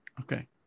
okay